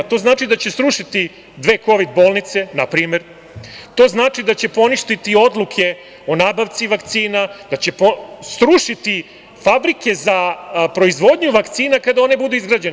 To znači da će srušiti dve kovid bolnice, na primer, to znači da će poništiti odluke o nabavci vakcina, da će srušiti fabrike za proizvodnju vakcina kada one budu izgrađene.